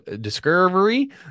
discovery